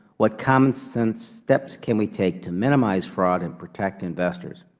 what common sense steps can we take to minimize fraud and protect investors?